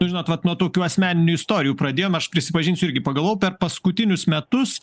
nu žinot vat nuo tokių asmeninių istorijų pradėjom aš prisipažinsiu irgi pagalvojau per paskutinius metus